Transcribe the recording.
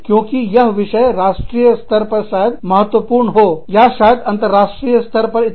क्योंकि यह विषय राष्ट्रीय स्तर पर शायद महत्वपूर्ण हो या शायद अंतरराष्ट्रीय स्तर पर इतना महत्वपूर्ण हो